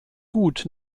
gut